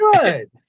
Good